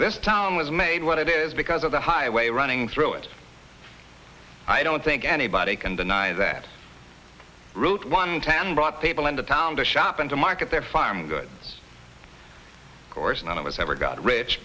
this town was made what it is because of the highway running through it i don't think anybody can deny that route one ten brought people into town to shop and to market their farm good course none of us ever got rich